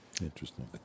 Interesting